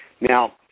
now